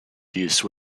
use